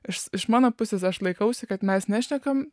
iš mano pusės aš laikausi kad mes nešnekam